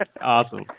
Awesome